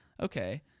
okay